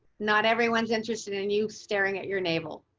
not everyone's interested in you staring at your navel.